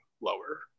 lower